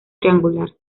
triangular